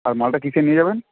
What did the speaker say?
আর মালটা কিসে নিয়ে যাবেন